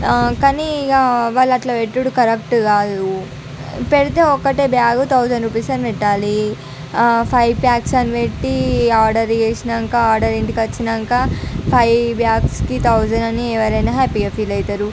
ఆ కానీ ఇగ వాళ్ళు అట్లా పెట్టుడు కరెక్ట్ కాదు పెడితే ఒక బ్యాగు థౌసండ్ రూపీస్ అని పెట్టాలి ఫైవ్ బ్యాగ్స్ అని పెట్టి ఆర్డర్ చేసినాక ఆర్డర్ ఇంటికి వచ్చినాక ఫైవ్ బ్యాగ్స్కి థౌసండ్ అని ఎవరైన హ్యాపీగా ఫీల్ అవుతారు